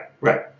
Right